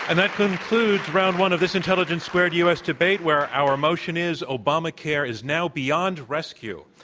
and that concludes round one of this intelligence squared u. s. debate, where our motion is obamacare is now beyond rescue.